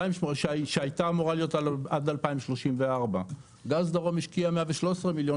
שהייתה אמורה להיות עד 2034. גז דרום השקיעה 113 מיליון